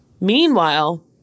Meanwhile